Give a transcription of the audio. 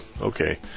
Okay